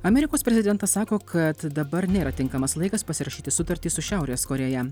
amerikos prezidentas sako kad dabar nėra tinkamas laikas pasirašyti sutartį su šiaurės korėją